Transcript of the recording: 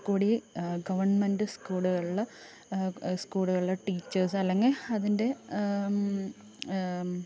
കൂടി ഗവണ്മെൻ്റ് സ്കൂളുകളിൽ സ്കൂൾകളിലെ ടീച്ചേർസ് അല്ലെങ്കിൽ അതിൻ്റെ